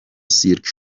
سیرک